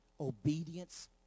Obedience